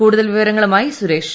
കൂടുതൽ വിവരങ്ങളുമായി സുരേഷ്